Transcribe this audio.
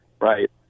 right